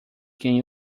quem